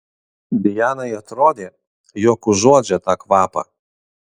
dianai atrodė jog užuodžia tą kvapą